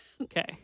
Okay